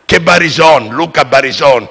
Paglia e Luca Barisonzi,